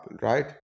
right